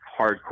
hardcore